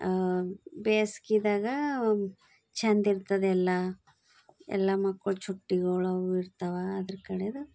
ಬೇಸ್ಗೆದಾಗ ಛಂದ್ ಇರ್ತದೆ ಎಲ್ಲ ಎಲ್ಲ ಮಕ್ಕಳು ಚುಟ್ಟಿಗಳವ್ ಇರ್ತವ ಅದ್ರ ಕಡೆದು